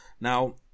Now